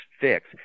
fix